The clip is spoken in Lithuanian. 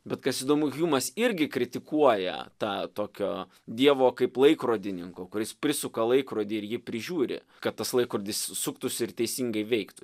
bet kas įdomu hjumas irgi kritikuoja tą tokio dievo kaip laikrodininko kuris prisuka laikrodį ir jį prižiūri kad tas laikrodis suktųsi ir teisingai veiktų